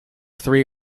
three